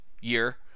year